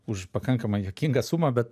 už pakankamai juokingą sumą bet